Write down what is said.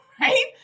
right